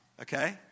okay